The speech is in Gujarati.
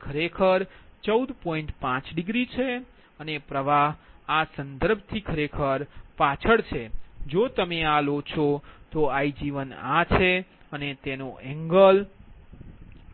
5 ડિગ્રી છે અને પ્રવાહ આ સંદર્ભથી ખરેખર પાછળ છે જો તમે આ લો છો તો Ig1 આ છે અને તેનો એંગલ